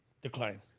decline